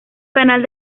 canal